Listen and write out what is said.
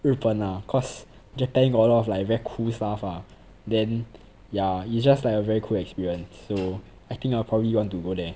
日本 lah cause japan got a lot of like very cool stuff ah then yeah it's just like a very cool experience so I think I'll probably want to go there